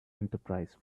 enterprise